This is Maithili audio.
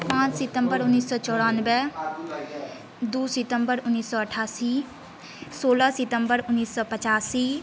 पाँच सितम्बर उन्नीस सए चौरानवे दू सितम्बर उन्नीस सए अठ्ठासी सोलह सितम्बर उन्नीस सए पचासी